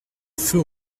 feu